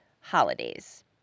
Holidays